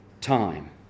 time